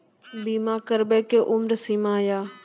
बीमा करबे के कि उम्र सीमा या?